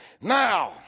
Now